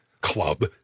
club